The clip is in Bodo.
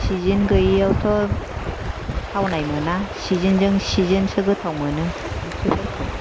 सिजेन गैयैआवथ' थावनाय मोना सिजेन जों सिजेनसो गोथाव मोनो इंख्रिफोरखौ